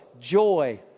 joy